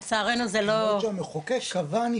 זה מה שהמחוקק קבע.